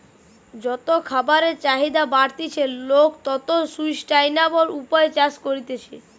যত খাবারের চাহিদা বাড়তিছে, লোক তত সুস্টাইনাবল উপায়ে চাষ করতিছে